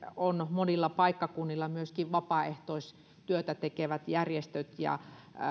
ovat monilla paikkakunnilla vastanneet myöskin vapaaehtoistyötä tekevät järjestöt ja